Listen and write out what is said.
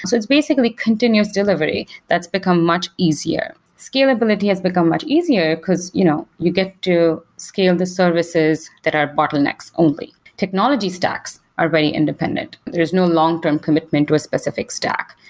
it's basically continuous delivery. that's become much easier. scalability has become much easier, because you know you get to scale the services that are bottlenecks only. technology stacks are very independent. there's no long term commitment to a specific stack.